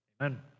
Amen